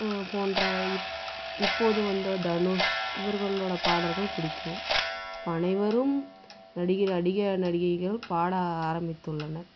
போன்ற இப்போது வந்த தனுஷ் இவர்களோட பாடல்கள் பிடிக்கும் அனைவரும் நடிகர் நடிகை நடிகைகள் பாட ஆரம்மித்து உள்ளனர்